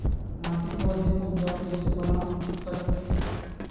माटी को अधिक उपजाऊ कइसे बना सकत हे?